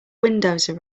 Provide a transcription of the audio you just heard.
windows